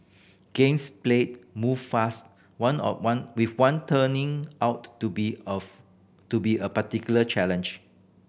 games play moved fast one of one with one turning out to be of to be a particular challenge